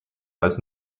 als